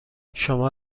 شما